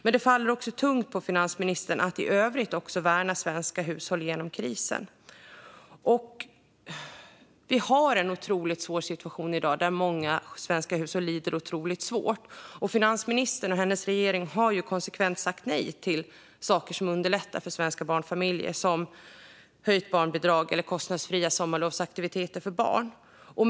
Men det faller också tungt på finansministern att även i övrigt värna svenska hushåll under krisen. Många svenska hushåll har en otroligt svår situation i dag. De lider. Finansministern och hennes regering har konsekvent sagt nej till saker som skulle underlätta för svenska barnfamiljer, som höjt barnbidrag eller kostnadsfria sommarlovsaktiviteter för barn. Herr talman!